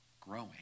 growing